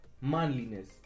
manliness